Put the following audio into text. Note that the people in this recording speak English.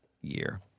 year